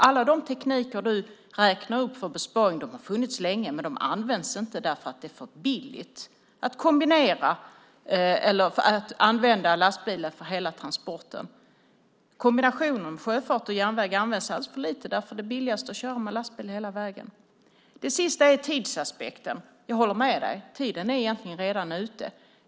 Alla de tekniker du räknar upp för besparing har funnits länge men används inte därför att det är för billigt att använda lastbilar för hela transporten. Kombinationen sjöfart och järnväg används alldeles för lite därför att det är billigast att köra med lastbil hela vägen. Det sista är tidsaspekten. Jag håller med dig. Tiden är egentligen redan ute.